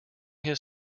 his